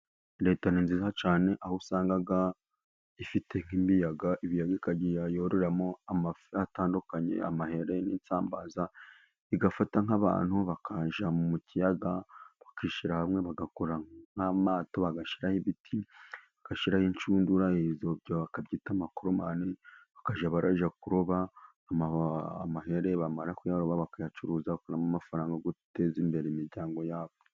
Reta ni nziza cyane, aho usangaga ifite nk'ibiyaga, ibiyaga ikajya yororeramo amafi atandukanye, amaheri n'isambaza, igafata nk'abantu bakajya mu kiyaga bakishyira hamwe bagakora nk'amato, bagashiraho ibiti, bagashiraraho inshundura, bakabyita amakoromani, bakajya bajya kuroba amahere bamara kuyaroba bakayacuruza, bagakuramo amafaranga yo guteza imbere imiryango ya bo.